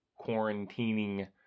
quarantining